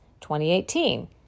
2018